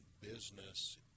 business